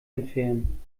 entfernen